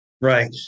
Right